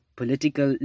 political